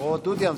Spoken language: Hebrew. או דודי אמסלם,